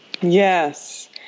Yes